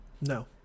No